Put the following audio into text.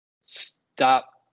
stop